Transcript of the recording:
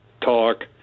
talk